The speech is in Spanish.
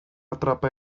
atrapa